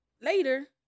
later